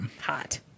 Hot